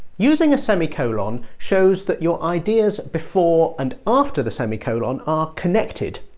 using a semicolon shows that your ideas before and after the semicolon are connected.